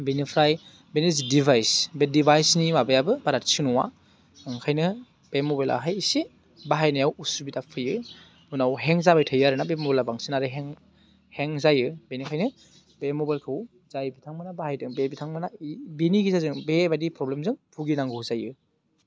बिनिफ्राय बिनि जि डिभाइज बे डिभाजनि माबायाबो बारा थिक नङा ओंखायनो बे मबाइलाहाय एसे बाहायनायाव उसुबिदा फैयो उनाव हें जाबाय थायो आरो ना बे मबाइला बांसिनानो हें जायो बेनिखायनो बे मबाइलखौ जाय बिथांमोनहा बाहायदों बे बिथांमोनहा बिनि गेजेरजों बेरफोरबायदि प्रब्लेमजों बुगिनांगौ जायो